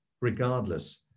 regardless